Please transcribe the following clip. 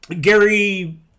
Gary